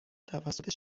توسط